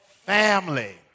family